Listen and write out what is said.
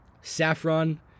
saffron